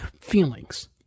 feelings